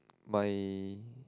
my